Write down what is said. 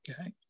Okay